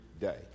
day